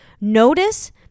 Notice